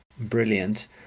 brilliant